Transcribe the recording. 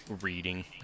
reading